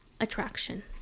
attraction